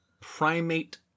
primate